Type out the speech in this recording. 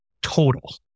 total